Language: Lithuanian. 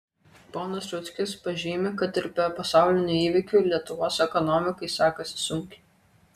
ponas rudzkis pažymi kad ir be pasaulinių įvykių lietuvos ekonomikai sekasi sunkiai